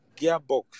gearbox